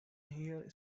here